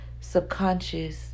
subconscious